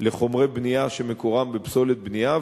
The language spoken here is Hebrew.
לחומרי בנייה שמקורם בפסולת בנייה,